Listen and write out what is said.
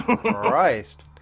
Christ